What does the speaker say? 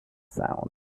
sound